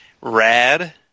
Rad